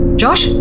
josh